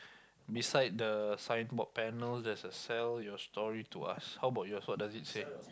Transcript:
beside the signboard panels there's a sell your story to us how about yours what does it say